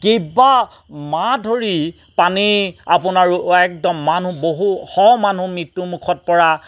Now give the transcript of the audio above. কেইবামাহ ধৰি পানী আপোনাৰো একদম মানুহ বহু শ মানুহ মৃত্যুমুখত পৰা